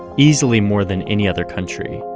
easily more than any other country.